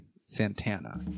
santana